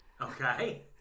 Okay